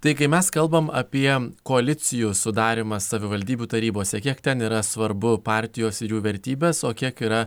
tai kai mes kalbam apie koalicijų sudarymą savivaldybių tarybose kiek ten yra svarbu partijos jų vertybės o kiek yra